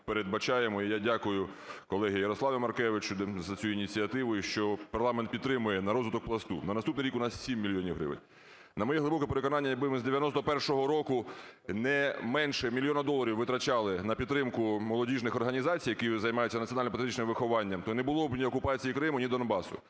я дякую колезі Ярославу Маркевичу за цю ініціативу і що парламент підтримує на розвиток "Пласту". На наступний рік у нас – 7 мільйонів гривень. На моє глибоке переконання, якби ми з 91-го року не менше мільйона доларів витрачали на підтримку молодіжних організацій, які займаються національно-патріотичним вихованням, то не було б ні окупації Криму, ні Донбасу.